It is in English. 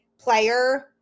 player